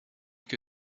que